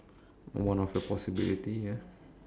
one of the possibility ya